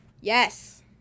Yes